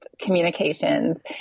communications